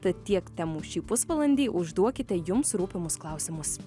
tad tiek temų šį pusvalandį užduokite jums rūpimus klausimus